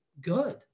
good